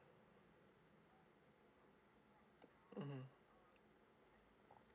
mmhmm